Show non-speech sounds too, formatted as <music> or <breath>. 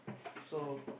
<breath> so